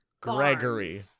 Gregory